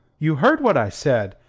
you heard what i said,